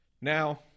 Now